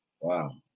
Wow